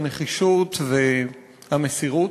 הנחישות והמסירות.